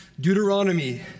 Deuteronomy